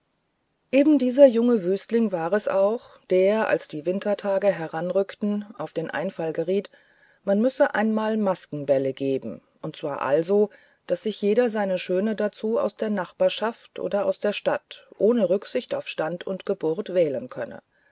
hoffen ebendieser junge wüstling war es auch der als die wintertage anrückten auf den einfall geriet man müsse einmal maskenbälle geben und zwar also daß sich jeder seine schöne dazu aus der nachbarschaft oder aus der stadt ohne rücksicht auf stand und geburt wählen könne